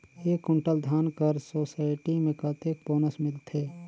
एक कुंटल धान कर सोसायटी मे कतेक बोनस मिलथे?